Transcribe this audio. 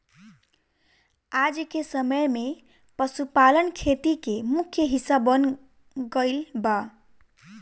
आजके समय में पशुपालन खेती के मुख्य हिस्सा बन गईल बा